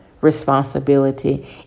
responsibility